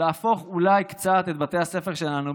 להפוך אולי קצת את בתי הספר שלנו,